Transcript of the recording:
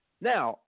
Now